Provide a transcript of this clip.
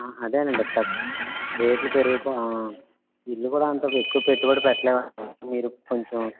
అ అదేనండి తక్ రేట్లు పెరిగిపో ఇళ్ళు కూడా అంత ఎక్కువ పెట్టుబడి పెట్టలేమండి మీరు కొంచెం